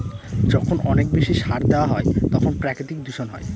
যখন অনেক বেশি সার দেওয়া হয় তখন প্রাকৃতিক দূষণ হয়